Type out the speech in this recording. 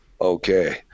Okay